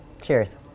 Cheers